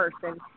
person